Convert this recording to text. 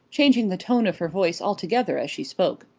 changing the tone of her voice altogether as she spoke.